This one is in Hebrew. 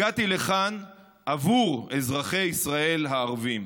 הגעתי לכאן עבור אזרחי ישראל הערבים.